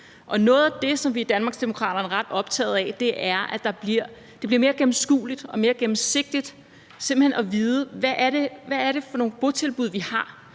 Noget af det, som vi i Danmarksdemokraterne er ret optaget af, er, at det simpelt hen bliver mere gennemskueligt og gennemsigtigt, så vi kan vide, hvad det er for nogle botilbud, vi har.